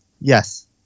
Yes